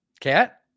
Cat